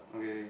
okay